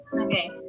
Okay